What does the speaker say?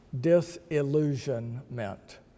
disillusionment